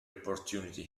opportunity